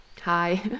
hi